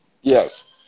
Yes